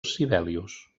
sibelius